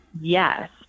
Yes